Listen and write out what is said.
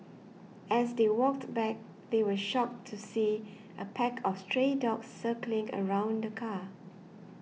as they walked back they were shocked to see a pack of stray dogs circling around the car